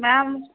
ma'am